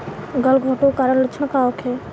गलघोंटु के कारण लक्षण का होखे?